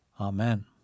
Amen